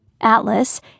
Atlas